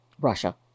Russia